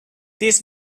this